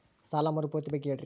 ಸಾಲ ಮರುಪಾವತಿ ಬಗ್ಗೆ ಹೇಳ್ರಿ?